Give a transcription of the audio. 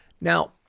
Now